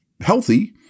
healthy